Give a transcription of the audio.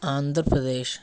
Andhra Pradesh